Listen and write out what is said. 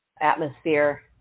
Atmosphere